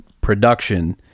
production